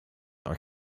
are